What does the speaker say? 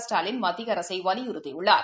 Stalin மத்தியஅரசைவலியுறுத்திஉள்ளார்